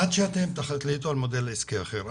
עד שתחליטו על מודל עסקי אחר,